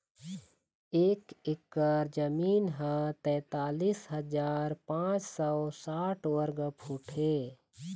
एक एकर जमीन ह तैंतालिस हजार पांच सौ साठ वर्ग फुट हे